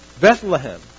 Bethlehem